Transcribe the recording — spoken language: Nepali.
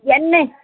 बिहानै